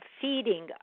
feeding